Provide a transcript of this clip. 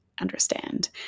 understand